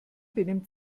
benimmt